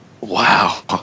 Wow